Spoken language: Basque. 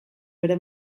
bere